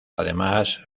además